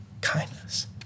kindness